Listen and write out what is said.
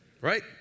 Right